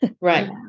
Right